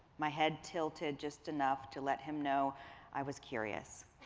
my head tilted just enough to let him know i was curious.